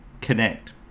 connect